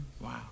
Wow